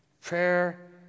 Prayer